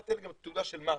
אל תתן גם תעודה של מה"ט,